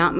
not